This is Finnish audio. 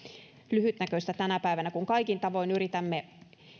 lyhytnäköistä tänä päivänä kun kaikin tavoin yritämme